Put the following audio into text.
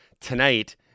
tonight